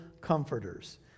comforters